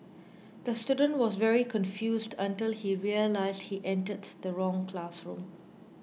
the student was very confused until he realised he entered the wrong classroom